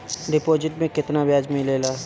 Deposit मे केतना बयाज मिलेला?